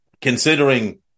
Considering